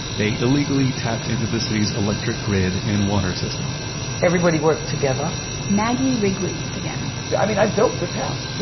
they illegally tapped into the city's electric grid and water system everybody worked together maggie wrigley, again but i mean, i built this house.